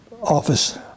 office